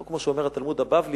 לא כמו שאומר התלמוד הבבלי,